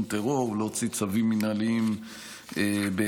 טרור ולהוציא צווים מינהליים בהתאם.